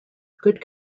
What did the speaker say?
good